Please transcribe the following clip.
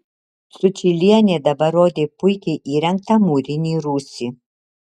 sučylienė dabar rodė puikiai įrengtą mūrinį rūsį